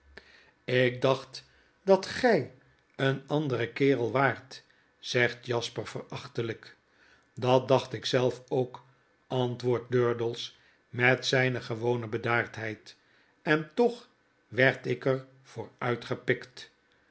jk dacht dat gy een andere kerel waart zegt jasper verachtelyk dat dacht ik zelf ook antwoordt durdels met zijne gewone bedaardheid en toch werd ik er